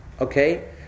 okay